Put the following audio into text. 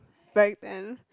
back then